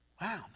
Wow